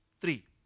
three